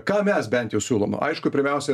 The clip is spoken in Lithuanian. ką mes bent jau siūlom nu aišku pirmiausia